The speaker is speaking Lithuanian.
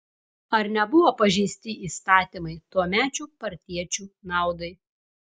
ar nebuvo pažeisti įstatymai tuomečių partiečių naudai